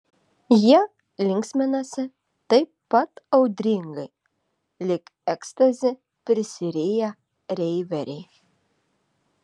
jie linksminasi taip pat audringai lyg ekstazi prisiriję reiveriai